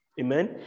Amen